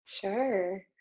Sure